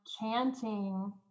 chanting